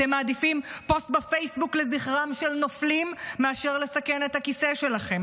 אתם מעדיפים פוסט בפייסבוק לזכרם של נופלים מאשר לסכן את הכיסא שלכם,